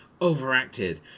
overacted